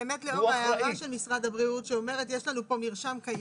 באמת לאור ההערה של משרד הבריאות שאומרת שיש לנו פה מרשם קיים,